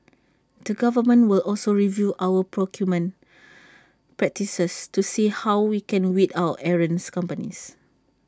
the government will also review our procurement practices to see how we can weed out errants companies